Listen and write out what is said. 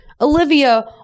Olivia